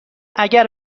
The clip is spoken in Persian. اگر